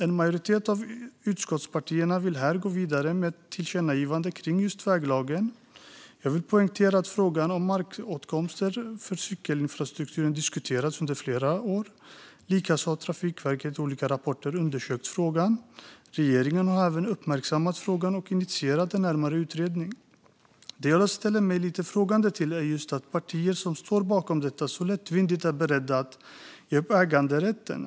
En majoritet av utskottspartierna vill här gå vidare med ett tillkännagivande kring just väglagen. Jag vill poängtera att frågan om markåtkomst för cykelinfrastrukturen har diskuterats under flera år. Likaså har Trafikverket i olika rapporter undersökt frågan. Regeringen har även uppmärksammat frågan och initierat en närmare utredning. Det jag ställer mig frågande till är just att de partier som står bakom detta så lättvindigt är beredda att ge upp äganderätten.